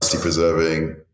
preserving